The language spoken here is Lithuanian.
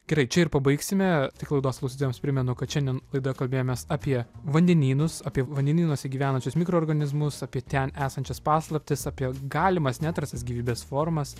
gerai čia pabaigsime tik klaidos klausytojams primenu kad šiandien laidoje kalbėjomės apie vandenynus apie vandenynuose gyvenančius mikroorganizmus apie ten esančias paslaptis apie galimas neatrastas gyvybės formas